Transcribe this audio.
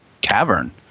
cavern